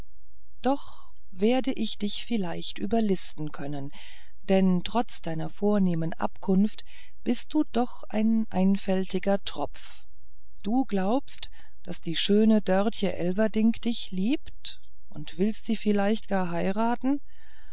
doch werde ich dich vielleicht überlisten können denn trotz deiner vornehmen abkunft bist du doch ein einfältiger tropf du glaubst daß die schöne dörtje elverdink dich liebt und willst sie vielleicht gar heiraten